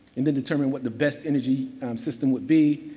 and then determine what the best energy system would be.